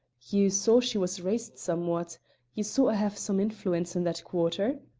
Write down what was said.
you saw she was raised somewhat you saw i have some influence in that quarter?